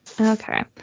Okay